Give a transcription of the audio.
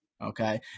Okay